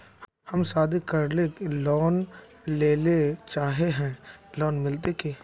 हम शादी करले लोन लेले चाहे है लोन मिलते की?